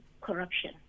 corruption